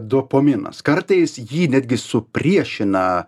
dopaminas kartais jį netgi supriešina